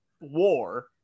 war